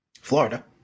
Florida